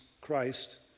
Christ